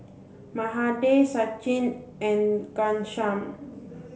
Mahade Sachin and Ghanshyam